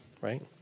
right